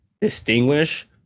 distinguish